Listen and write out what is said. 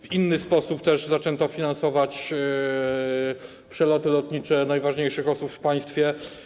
W inny sposób zaczęto też finansować przeloty lotnicze najważniejszych osób w państwie.